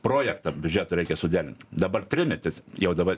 projektą biudžeto reikia suderint dabar trimetis jau dabar